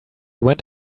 went